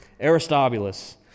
Aristobulus